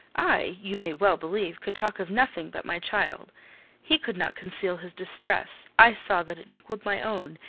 i, you may well believe, could talk of nothing but my child he could not conceal his distress i saw that it equalled my own,